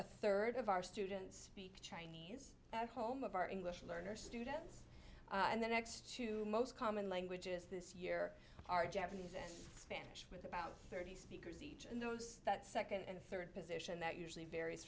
a third of our students speeches at home of our english learners students and the next two most common languages this year are japanese and spanish with about thirty speakers each in those that second and third position that usually varies